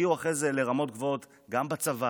הגיעו אחרי זה לרמות גבוהות גם בצבא,